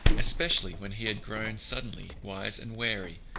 especially when he had grown suddenly wise and wary,